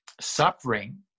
suffering